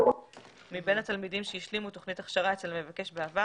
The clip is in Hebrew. מבין התלמידים שהשלימו תוכנית הכשרה אצל המבקש בעבר,